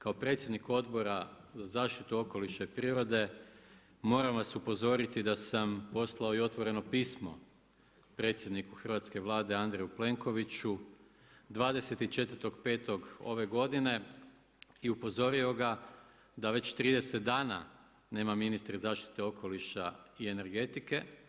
Kao predsjednik Odbora za zaštitu okoliša i prirode, moram vas upozoriti da sam poslao i otvoreno pismo predsjedniku hrvatske vlade Andreju Plenkoviću 24.5. ove godine i upozorio ga da već 30 dana nema ministre zaštite okoliša i energetike.